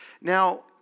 Now